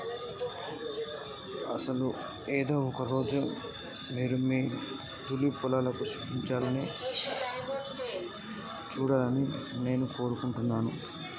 అసలు ఏదో ఒక రోజు మీరు మీ తూలిప్ పొలాలు పుష్పించాలా సూడాలని నాను కోరుకుంటున్నాను